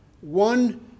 one